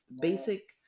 basic